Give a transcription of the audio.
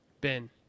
Ben